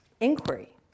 inquiry